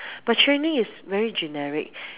but training is very generic